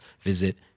visit